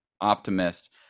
optimist